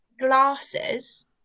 glasses